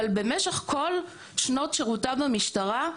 אבל במשך כל שנות שירותיו במשטרה,